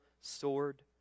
sword